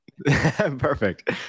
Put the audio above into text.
perfect